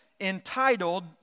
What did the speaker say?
entitled